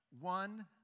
one